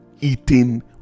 eating